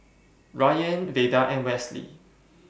Rayan Veda and Westley